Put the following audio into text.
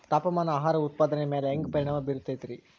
ತಾಪಮಾನ ಆಹಾರ ಉತ್ಪಾದನೆಯ ಮ್ಯಾಲೆ ಹ್ಯಾಂಗ ಪರಿಣಾಮ ಬೇರುತೈತ ರೇ?